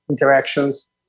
interactions